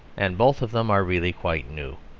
and both of them are really quite new.